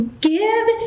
give